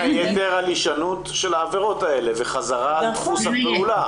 היתר על הישנות של העבירות האלה וחזרה על דפוס הפעולה,